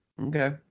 Okay